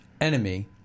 enemy